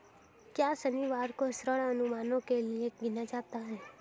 क्या शनिवार को ऋण अनुमानों के लिए गिना जाता है?